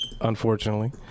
unfortunately